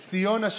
את ציונה,